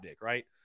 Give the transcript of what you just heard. right